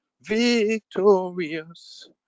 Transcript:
victorious